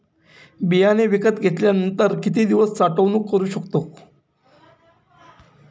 बियाणे विकत घेतल्यानंतर किती दिवस साठवणूक करू शकतो?